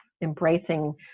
embracing